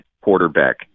quarterback